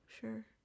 sure